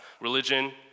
religion